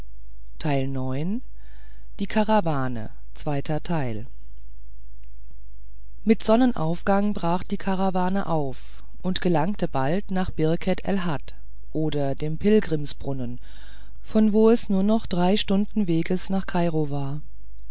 mit sonnenaufgang brach die karawane auf und gelangte bald nach birket el had oder den pilgrimsbrunnen von wo es nur noch stunden weges nach kairo war